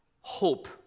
hope